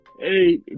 Hey